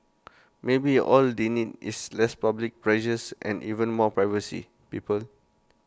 maybe all they need is less public pressures and even more privacy people